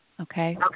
Okay